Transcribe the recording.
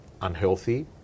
unhealthy